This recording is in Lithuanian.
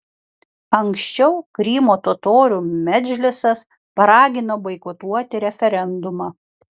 anksčiau krymo totorių medžlisas paragino boikotuoti referendumą